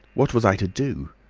what was i to do?